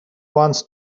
wants